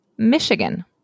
michigan